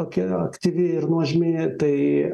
tokia aktyvi ir nuožmi tai